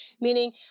meaning